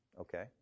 Okay